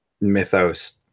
mythos